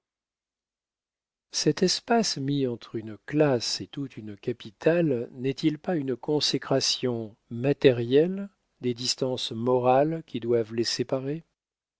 cet espace mis entre une classe et toute une capitale n'est-il pas une consécration matérielle des distances morales qui doivent les séparer